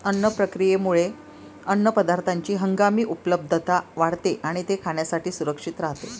अन्न प्रक्रियेमुळे अन्नपदार्थांची हंगामी उपलब्धता वाढते आणि ते खाण्यासाठी सुरक्षित राहते